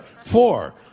Four